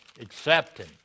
accepting